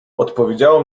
odpowiedziało